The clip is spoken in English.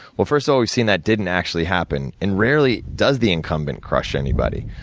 well, first of all, we've seen that didn't actually happen, and rarely does the incumbent crush anybody.